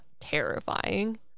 terrifying